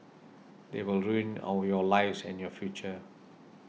they will ruin all your lives and your future